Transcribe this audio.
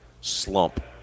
slump